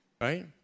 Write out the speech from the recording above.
right